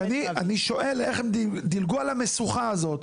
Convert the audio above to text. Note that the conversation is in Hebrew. איך דילגו על המשוכה הזו,